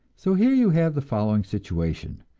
so here you have the following situation,